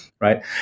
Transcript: right